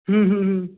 ਹੂੰ ਹੂੰ ਹੂੰ